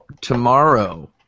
tomorrow